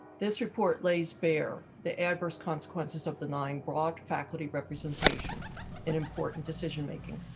this report lays bear the adverse consequences of denying broad faculty representation in important decision making.